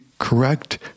correct